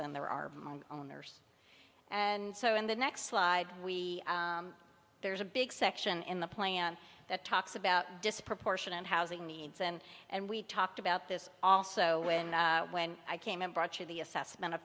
than there are owners and so in the next slide we there's a big section in the plan that talks about disproportionate housing needs and and we talked about this also when when i came and brought you the assessment of